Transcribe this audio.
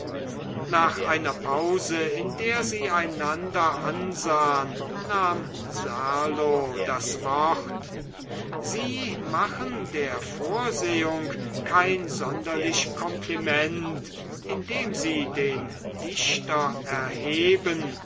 nach einer pause in der sie einander ansahen nahm serlo das wort sie machen der vorsehung kein sonderlich kompliment indem sie den dichter erheben